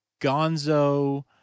Gonzo